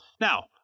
Now